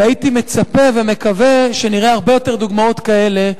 והייתי מצפה ומקווה שנראה הרבה יותר דוגמאות כאלה,